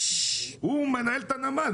הוא מנהל את הנמל.